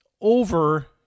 over